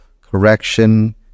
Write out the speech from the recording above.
correction